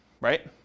Right